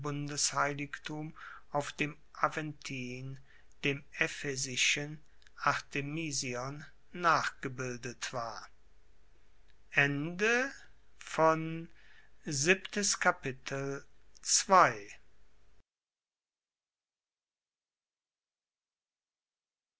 bundesheiligtum auf dem aventin dem ephesischen artemision nachgebildet ward